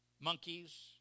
monkeys